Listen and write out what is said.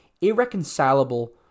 irreconcilable